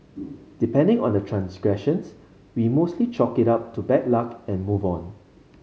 depending on the transgressions we mostly chalk it up to bad luck and move on